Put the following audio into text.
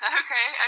okay